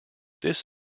this